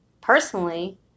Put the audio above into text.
personally